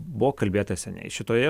buvo kalbėta seniai šitoje